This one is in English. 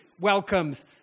welcomes